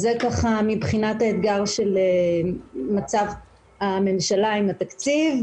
זה מבחינת האתגר של מצב הממשלה עם התקציב,